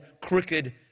crooked